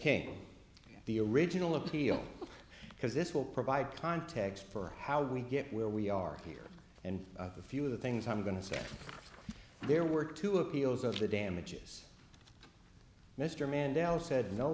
came the original appeal because this will provide context for how we get where we are here and a few of the things i'm going to say there were two appeals of the damages mr mandella said no